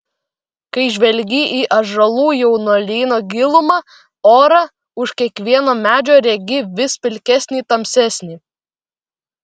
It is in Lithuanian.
kai žvelgi į ąžuolų jaunuolyno gilumą orą už kiekvieno medžio regi vis pilkesnį tamsesnį